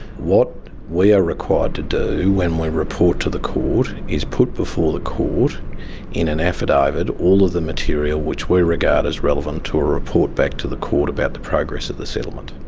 what we are required to do when we report to the court is put before the court in an affidavit all of the material which we regard as relevant to a report back to the court about the progress of the settlement.